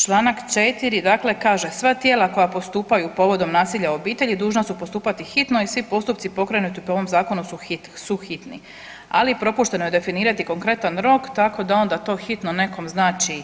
Čl. 4. kaže „sva tijela koja postupaju povodom nasilja u obitelji dužna su postupati hitno i svi postupci pokrenuti po ovom zakonu su hitni“., ali propušteno je definirati konkretan rok tako da onda to hitno nekom znači